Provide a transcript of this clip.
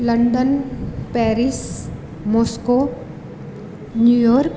London Paris Moscow New York